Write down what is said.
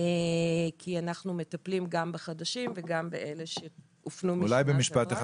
כי אנחנו מטפלים גם בחדשים וגם באלה שהופנו --- אולי במשפט אחד,